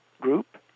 group